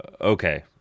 Okay